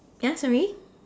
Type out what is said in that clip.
ya sorry